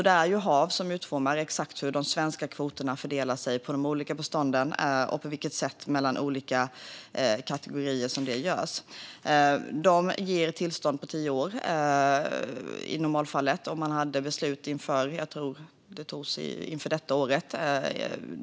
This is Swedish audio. Det är HaV som utformar exakt hur de svenska kvoterna fördelar sig på de olika bestånden och på vilket sätt mellan de olika kategorierna. HaV ger tillstånd på tio år i normalfallet. Det senaste beslutet fattades inför detta år.